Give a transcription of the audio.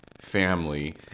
family